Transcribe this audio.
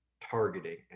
targeting